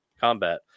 combat